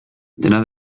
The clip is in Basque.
dena